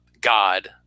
God